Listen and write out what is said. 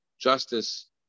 justice